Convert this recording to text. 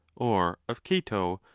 or of cato,